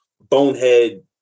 bonehead